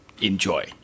enjoy